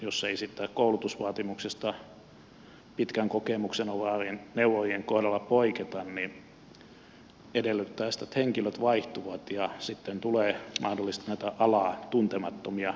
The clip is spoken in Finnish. jos ei siitä koulutusvaatimuksesta pitkän kokemuksen omaavien neuvojien kohdalla poiketa niin se edellyttää sitä että henkilöt vaihtuvat ja sitten tulee mahdollisesti näitä alaa tuntemattomia neuvojia